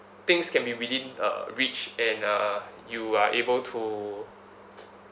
things can be within uh reach and uh you are able to